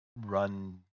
run